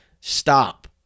Stop